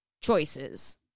Choices